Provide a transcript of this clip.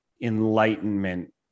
enlightenment